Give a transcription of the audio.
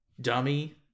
dummy